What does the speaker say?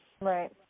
Right